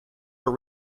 our